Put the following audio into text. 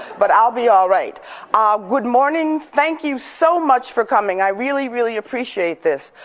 but i'll be alright good morning. thank you so much for coming. i really, really appreciate this.